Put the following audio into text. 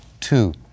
Two